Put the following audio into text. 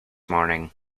morning